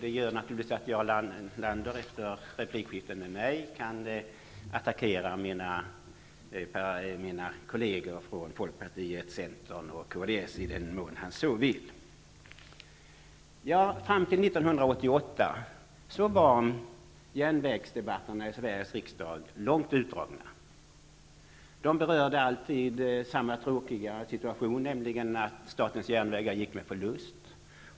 Det gör naturligtvis att Jarl Lander efter ett replikskifte med mig kan attackera mina kolleger från Folkpartiet, Centern och kds, i den mån han så vill. Fram till 1988 var järnvägsdebatterna i Sveriges riksdag långt utdragna. De berörde alltid samma tråkiga situation, nämligen att statens järnvägar gick med förlust.